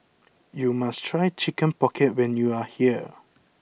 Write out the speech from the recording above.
you must try Chicken Pocket when you are here